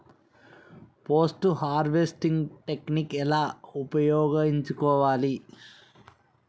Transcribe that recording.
Post harvesting technique ఎలా ఉపయోగించుకోవాలి?